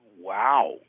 wow